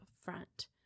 front